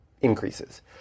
increases